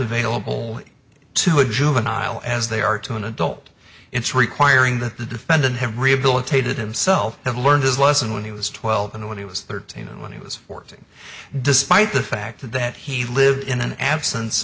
available to a juvenile as they are to an adult into requiring that the defendant have rehabilitated himself and learned his lesson when he was twelve and when he was thirteen and when he was fourteen despite the fact that he lived in an absence